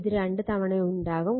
ഇത് രണ്ട് തവണയുണ്ടാകും